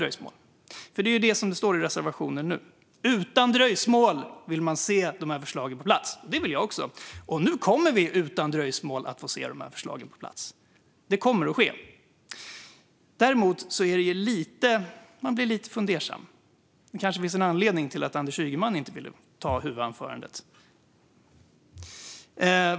Det är detta som står i reservationen nu: Utan dröjsmål vill man se dessa förslag komma på plats. Det vill jag också. Och nu kommer vi att utan dröjsmål få se dessa förslag komma på plats. Det kommer att ske. Man blir dock lite fundersam. Det kanske finns en anledning till att Anders Ygeman inte ville hålla huvudanförandet.